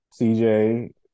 CJ